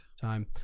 time